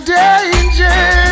danger